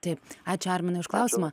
taip ačiū arminui už klausimą